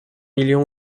millions